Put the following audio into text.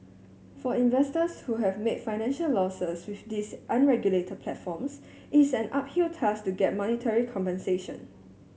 for investors who have made financial losses with these unregulated platforms it's an uphill task to get monetary compensation